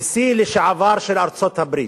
נשיא לשעבר של ארצות-הברית,